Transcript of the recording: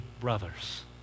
brothers